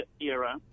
era